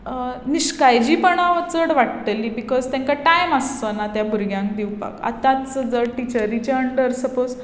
निश्काळजीपणा ही चड वाडटलीं बिकॉज तांकां टायम आसचो ना त्या भुरग्यांक दिवपाक आतांच जर टिचरीच्या अंडर सपोज दोन भुरगीं